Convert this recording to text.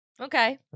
Okay